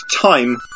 time